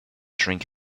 drink